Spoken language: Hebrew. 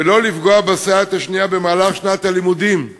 ולא לפגוע בסייעת השנייה במהלך שנת הלימודים,